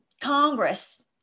Congress